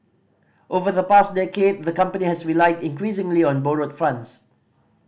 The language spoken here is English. over the past decade the company has relied increasingly on borrowed funds